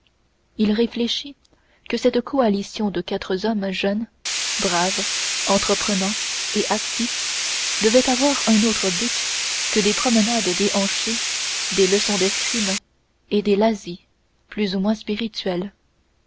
il réfléchit que cette coalition de quatre hommes jeunes braves entreprenants et actifs devait avoir un autre but que des promenades déhanchées des leçons d'escrime et des lazzi plus ou moins spirituels